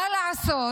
מה לעשות